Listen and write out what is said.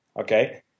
okay